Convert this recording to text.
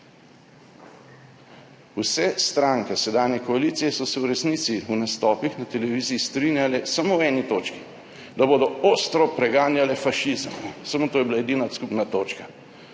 Vse stranke sedanje koalicije so se v resnici v nastopih na televiziji strinjale samo v eni točki – da bodo ostro preganjale fašizem. Samo to je bila edina skupna točka.